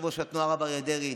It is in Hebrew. את יושב-ראש התנועה הרב אריה דרעי,